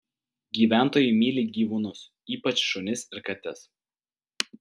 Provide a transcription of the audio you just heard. gyventojai myli gyvūnus ypač šunis ir kates